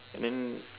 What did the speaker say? and then